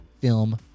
film